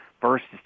versus